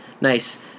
nice